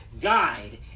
died